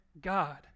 God